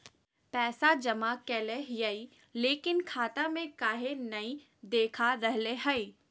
पैसा जमा कैले हिअई, लेकिन खाता में काहे नई देखा रहले हई?